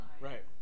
Right